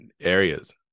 areas